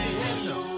hello